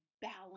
balance